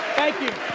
thank you.